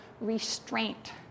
restraint